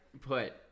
put